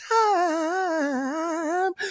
time